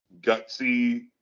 Gutsy